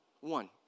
one